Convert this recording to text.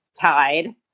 tide